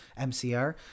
MCR